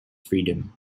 freedom